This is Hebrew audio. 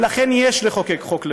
ולכן יש לחוקק חוק לאום.